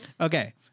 Okay